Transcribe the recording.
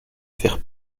faire